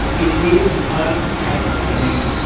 it is untested. i mean,